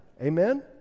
Amen